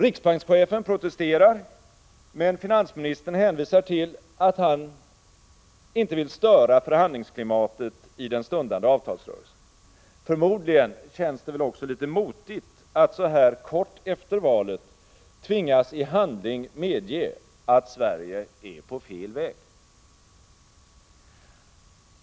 Riksbankschefen protesterar, men finansministern hänvisar till att han inte vill störa förhandlingsklimatet i den stundande avtalsrörelsen. Förmodligen känns det väl också litet motigt att så här kort efter valet tvingas i handling medge att Sverige är på fel väg.